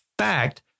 fact